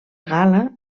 gala